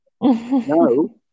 No